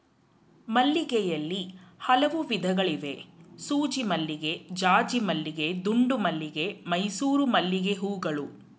ಮಲ್ಲಿಗೆಯಲ್ಲಿ ಹಲವು ವಿಧಗಳಿವೆ ಸೂಜಿಮಲ್ಲಿಗೆ ಜಾಜಿಮಲ್ಲಿಗೆ ದುಂಡುಮಲ್ಲಿಗೆ ಮೈಸೂರು ಮಲ್ಲಿಗೆಹೂಗಳು